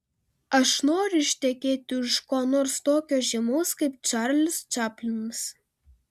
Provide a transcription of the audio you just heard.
aš noriu ištekėti už ko nors tokio žymaus kaip čarlis čaplinas